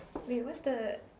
wait what's the